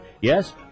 Yes